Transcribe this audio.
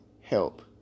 help